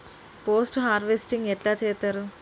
Post harvesting ఎట్ల చేత్తరు?